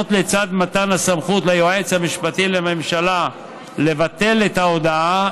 לצד מתן הסמכות ליועץ המשפטי לממשלה לבטל את ההודעה,